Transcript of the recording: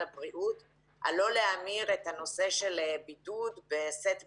הבריאות על לא להמיר את הנושא של בידוד וסט בדיקות,